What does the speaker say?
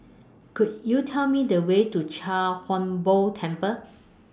Could YOU Tell Me The Way to Chia Hung Boo Temple